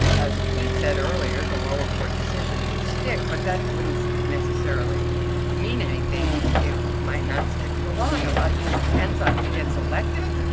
as pete said earlier the lower court decision would stick, but that wouldnt necessarily mean anything. it might not stick for long. a lot depends on who gets elected,